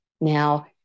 Now